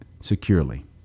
securely